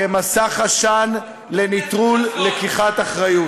כמסך עשן לנטרול לקיחת אחריות.